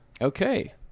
Okay